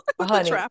Honey